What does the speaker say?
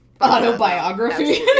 autobiography